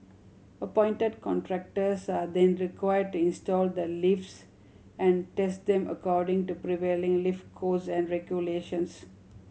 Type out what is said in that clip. appointed contractors are then required to install the lifts and test them according to prevailing lift codes and regulations